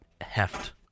heft